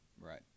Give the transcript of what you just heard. Right